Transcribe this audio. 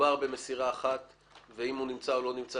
מדובר במסירה אחת ואם הוא נמצא או לא נמצא,